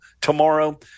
tomorrow